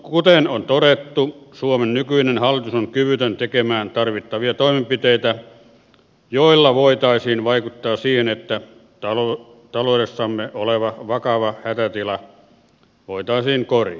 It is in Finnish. kuten on todettu suomen nykyinen hallitus on kyvytön tekemään tarvittavia toimenpiteitä joilla voitaisiin vaikuttaa siihen että taloudessamme oleva vakava hätätila voitaisiin korjata